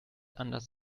anders